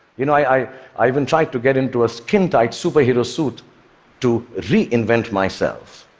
you know, i i even tried to get into a skintight superhero suit to reinvent myself.